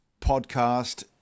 podcast